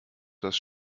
das